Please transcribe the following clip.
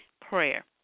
prayer